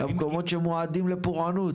למקומות שמועדים לפורענות.